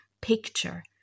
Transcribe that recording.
picture